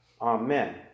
Amen